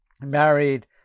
married